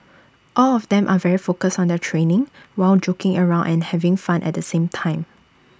all of them are very focused on their training while joking around and having fun at the same time